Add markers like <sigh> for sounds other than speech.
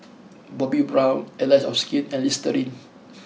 Bobbi Brown Allies of Skin and Listerine <noise>